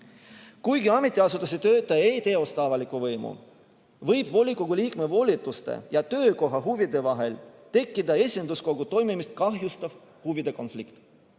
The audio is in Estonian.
Kuigi ametiasutuse töötaja ei teosta avalikku võimu, võib volikogu liikme volituste ja töökoha huvide vahel tekkida esinduskogu toimimist kahjustav huvide konflikt.